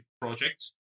projects